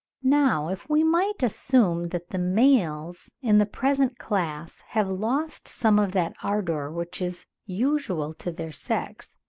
now if we might assume that the males in the present class have lost some of that ardour which is usual to their sex,